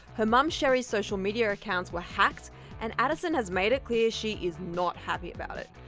her mom sheri's social media accounts were hacked and addison has made it clear she is not happy about it.